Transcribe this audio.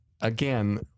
again